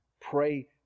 Pray